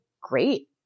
great